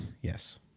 Yes